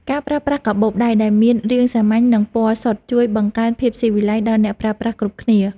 ការប្រើប្រាស់កាបូបដៃដែលមានរាងសាមញ្ញ និងពណ៌សុទ្ធជួយបង្កើនភាពស៊ីវិល័យដល់អ្នកប្រើប្រាស់គ្រប់គ្នា។